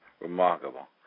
Remarkable